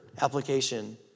application